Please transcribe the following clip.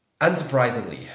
unsurprisingly